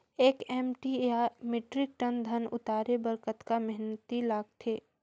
एक एम.टी या metric tonne धन उतारे बर कतका मेहनती लगथे ग?